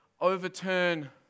overturn